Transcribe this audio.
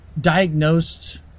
diagnosed